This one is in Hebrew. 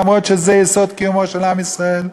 אף שזה יסוד קיומו של עם ישראל,